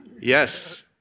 yes